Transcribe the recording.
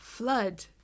Flood